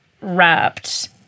wrapped